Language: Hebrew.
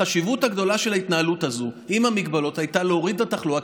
החשיבות הגדולה של ההתנהלות הזאת עם ההגבלות הייתה להוריד את התחלואה,